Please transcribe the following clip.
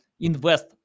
invest